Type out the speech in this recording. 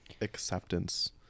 Acceptance